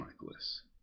Michaelis